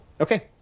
Okay